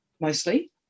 mostly